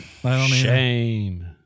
Shame